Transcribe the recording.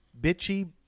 bitchy